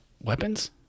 weapons